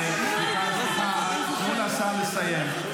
סליחה, סליחה, תנו לשר לסיים.